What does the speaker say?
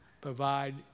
provide